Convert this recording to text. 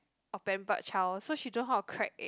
a pampered child so she don't how to crack it